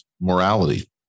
morality